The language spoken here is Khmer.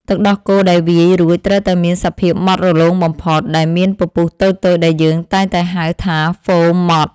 ទឹកដោះគោដែលវាយរួចត្រូវតែមានសភាពម៉ត់រលោងបំផុត និងមានពពុះតូចៗដែលយើងតែងតែហៅថាជាហ្វូមម៉ត់។